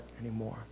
anymore